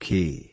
Key